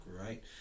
right